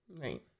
Right